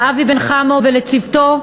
לאבי בן-חמו ולצוותו,